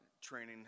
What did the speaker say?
training